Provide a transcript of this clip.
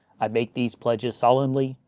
i make these pledges solemnly,